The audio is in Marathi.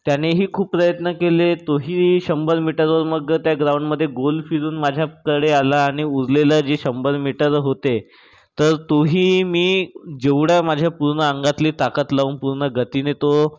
त्यानेही खूप प्रयत्न केले तोही शंभर मीटरवर मग त्या ग्राउंडमध्ये गोल फिरून माझ्याकडे आला आणि उरलेला जे शंभर मीटर होते तर तोही मी जेवढ्या माझ्या पूर्ण अंगातली ताकद लावून पूर्ण गतीने तो